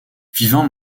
vivant